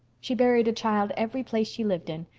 she buried a child every place she lived in.